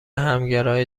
همگرای